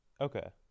Okay